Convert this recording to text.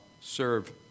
serve